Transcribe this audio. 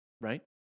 Right